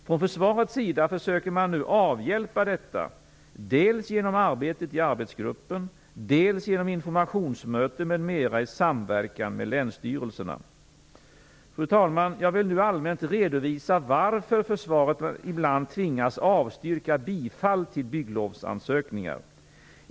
Från försvarets sida försöker man nu avhjälpa detta dels genom arbetet i arbetsgruppen, dels genom informationsmöten m.m. i samverkan med länsstyrelserna. Fru talman! Jag vill nu allmänt redovisa varför försvaret ibland tvingas avstyrka bifall till bygglovsansökningar.